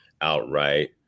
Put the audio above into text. outright